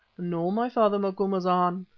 no, my father macumazana.